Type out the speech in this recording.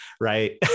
Right